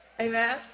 amen